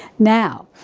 now,